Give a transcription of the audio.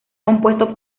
compuesto